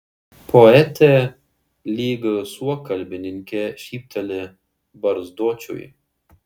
poetė lyg suokalbininkė šypteli barzdočiui